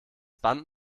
band